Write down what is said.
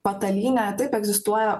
patalynę taip egzistuoja